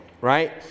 right